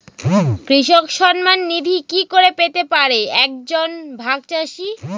কৃষক সন্মান নিধি কি করে পেতে পারে এক জন ভাগ চাষি?